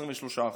23%,